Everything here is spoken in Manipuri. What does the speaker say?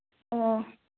ꯑꯣ